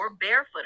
barefoot